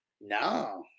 No